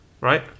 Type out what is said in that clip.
right